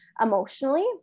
emotionally